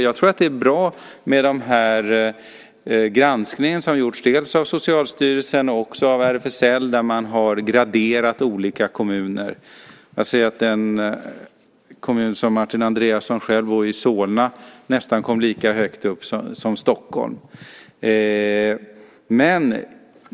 Jag tror att det är bra med den granskning som har gjorts, dels av Socialstyrelsen, dels av RFSL, där man har graderat olika kommuner. Jag ser att den kommun som Martin Andreasson bor i, Solna, kom nästan lika högt upp som Stockholm.